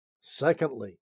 Secondly